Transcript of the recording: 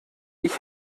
ich